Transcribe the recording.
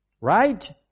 right